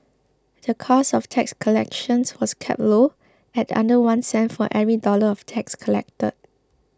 the cost of tax collections was kept low at under one cent for every dollar of tax collected